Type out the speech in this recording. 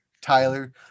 Tyler